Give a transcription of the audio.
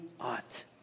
ought